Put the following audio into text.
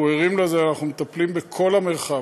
אנחנו ערים לזה ואנחנו מטפלים בכל המרחב.